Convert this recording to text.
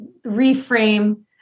reframe